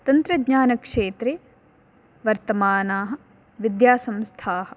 तन्त्रज्ञानक्षेत्रे वर्तमानाः विद्यासंस्थाः